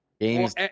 games